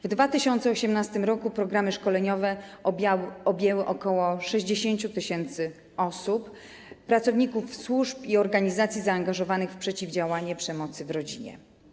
W 2018 r. programy szkoleniowe objęły ok. 60 tys. osób, pracowników służb i organizacji zaangażowanych w przeciwdziałanie przemocy w rodzinie.